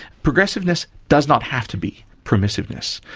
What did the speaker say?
progressiveness does not have to be permissiveness.